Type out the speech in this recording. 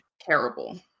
terrible